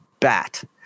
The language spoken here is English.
bat